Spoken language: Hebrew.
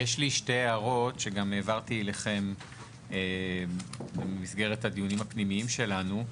יש לי שתי הערות שגם העברתי אליכם במסגרת הדיונים הפנימיים שלנו.